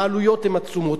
העלויות הן עצומות,